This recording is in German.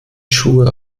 schuhe